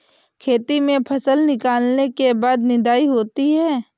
खेती में फसल निकलने के बाद निदाई होती हैं?